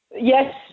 yes